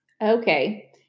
Okay